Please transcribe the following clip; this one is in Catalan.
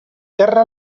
terra